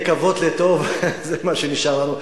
מה רצית, שיחמיא, ולקוות לטוב, זה מה שנשאר לנו.